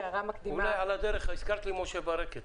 על הדרך הזכרת לי את משה ברקת,